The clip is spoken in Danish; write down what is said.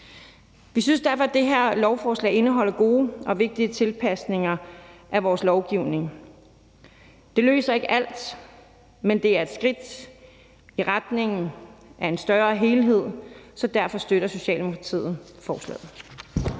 Vi synes derfor, det her lovforslag indeholder gode og vigtige tilpasninger af vores lovgivning. Det løser ikke alt, men det er et skridt i retningen af en større helhed, så derfor støtter Socialdemokratiet forslaget.